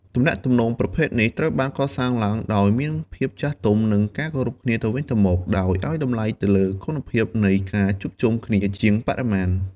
ទំនាក់ទំនងប្រភេទនេះត្រូវបានកសាងឡើងដោយមានភាពចាស់ទុំ និងការគោរពគ្នាទៅវិញទៅមក ដោយឱ្យតម្លៃទៅលើគុណភាពនៃការជួបជុំគ្នាជាងបរិមាណ។